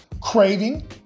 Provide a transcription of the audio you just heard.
Craving